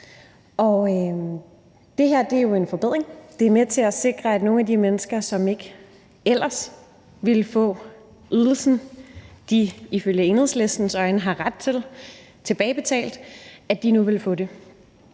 det her er jo en forbedring, der er med til at sikre, at nogle af de mennesker, som ikke ellers ville få ydelsen tilbagebetalt, som de med Enhedslistens øjne har ret til, nu vil få det.